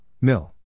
Mill